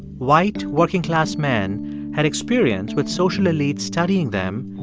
white, working-class men had experience with social elites studying them,